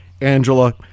angela